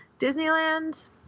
disneyland